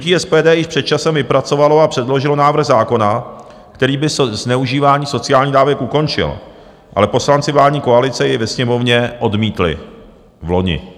Hnutí SPD již před časem vypracovalo a předložilo návrh zákona, který by zneužívání sociálních dávek ukončil, ale poslanci vládní koalice jej ve Sněmovně odmítli vloni.